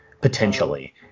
potentially